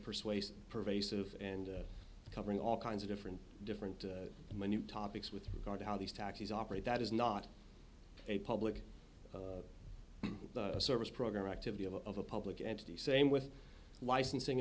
persuasive pervasive and covering all kinds of different different and new topics with regard to how these taxes operate that is not a public service program activity of a public entity same with licensing